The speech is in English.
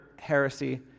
heresy